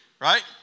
right